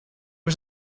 was